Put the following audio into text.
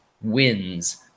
wins